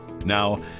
Now